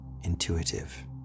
intuitive